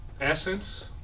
essence